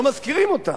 לא מזכירים אותם.